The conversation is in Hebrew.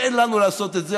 תן לנו לעשות את זה.